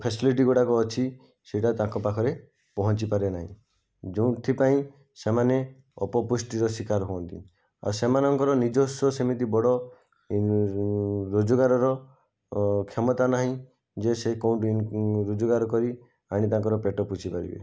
facility ଗୁଡ଼ାକ ଅଛି ସେଟା ତାଙ୍କ ପାଖରେ ପହଁଞ୍ଚି ପାରେ ନାହିଁ ଯେଉଁଥିପାଇଁ ସେମାନେ ଅପପୃଷ୍ଟିର ଶିକାର ହୁଅନ୍ତି ଆଉ ସେମାନଙ୍କର ନିଜସ୍ଵ ସେମିତି ବଡ଼ ରୋଜଗାରର କ୍ଷମତା ନାହିଁ ଯେ ସେ କେଉଁଠି ରୋଜଗାର କରି ଆଣି ତାଙ୍କର ପେଟ ପୋଷି ପାରିବେ